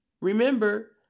remember